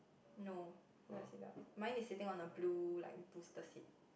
no don't have seatbelts mine is sitting on a blue like booster seat